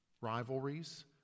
rivalries